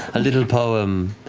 a little poem.